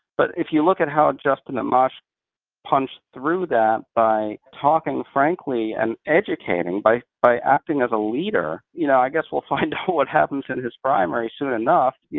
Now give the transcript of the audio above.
but if you look at how justin amash punched through that by talking frankly and educating, by by acting as a leader, you know, i guess we'll find what happens in his primary soon enough.